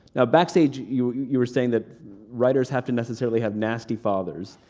backstage, you you were saying that writers have to necessarily have nasty fathers,